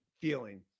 feeling